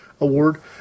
Award